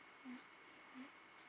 mm mm